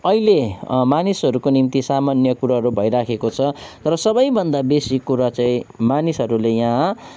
अहिले मानिसहरूको निम्ति सामान्य कुरोहरू भइरहेको छ तर सबैभन्दा बेसी कुरा चाहिँ मानिसहरूले यहाँ